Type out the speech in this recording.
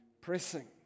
pressing